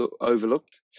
overlooked